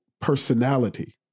personality